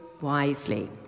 wisely